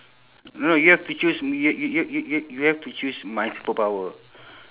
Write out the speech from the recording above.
no you have to choose y~ y~ y~ y~ you have to choose my superpower